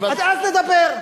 אז נדבר.